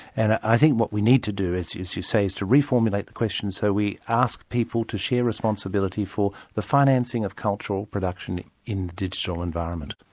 and i think what we need to do is, as you say, is to reformulate the question so we ask people to share responsibility for the financing of cultural production in the digital environment.